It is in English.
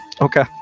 Okay